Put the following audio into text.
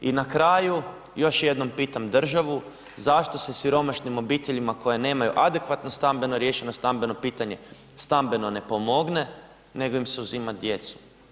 I na kraju još jednom pitam državu, zašto se siromašnim obiteljima koja nemaju adekvatno stambeno, riješeno stambeno pitanje, stambeno ne pomogne, nego im se uzima djecu?